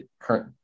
current